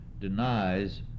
denies